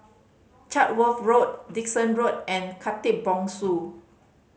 Chatsworth Road Dickson Road and Khatib Bongsu